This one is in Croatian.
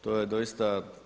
To je doista.